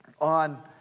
on